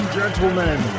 gentlemen